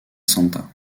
santa